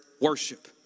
worship